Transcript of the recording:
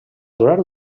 durar